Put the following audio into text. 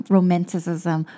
Romanticism